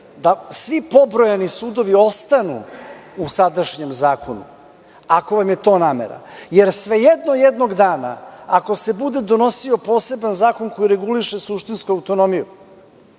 da svi pobrojani sudovi ostanu u sadašnjem zakonu. Ako vam je to namera. Jer, svejedno jednog dana, ako se bude donosio poseban zakon koji reguliše suštinsku autonomiju,